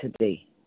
today